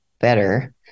better